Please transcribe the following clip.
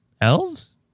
elves